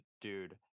dude